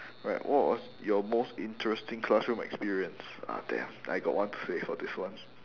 right what was your most interesting classroom experience ah damn I got one to say for this one